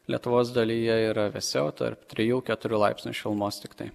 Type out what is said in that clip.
lietuvos dalyje yra vėsiau tarp trijų keturių laipsnių šilumos tiktai